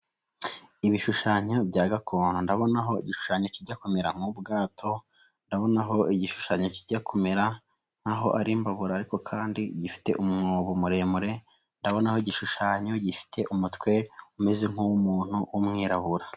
Ibishushanyo byakondo, ndabona igishushanyo kijyakome mw'ubwato, ndabonaho igishushanyo kijya kumera nkaho ari imbabura ariko kandi gifite umwobo muremure, ndabonaho igishushanyo gifite umutwe umeze nk'uw'umuntu w'umwirabura.